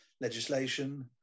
legislation